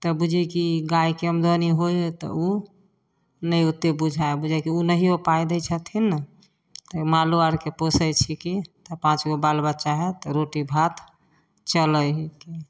तऽ बुझियै कि गायके आमदनी होइ है तऽ ओ नहि ओते बुझाइ बुझै कि ओ नहियो पाइ दै छथिन ने तऽ मालो आरके पोसै छी कि तऽ पाँचगो बालबच्चा हइ तऽ रोटी भात चलै हइ के